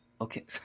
Okay